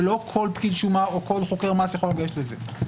ולא כל פקיד שומה או חוקר מס יכול לגשת לזה,